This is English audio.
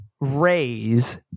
raise